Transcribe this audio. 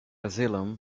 asylum